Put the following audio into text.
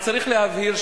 רק צריך להבהיר,